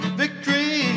victory